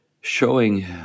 showing